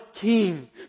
King